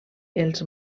els